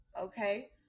okay